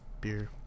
beer